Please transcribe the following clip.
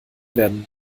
werden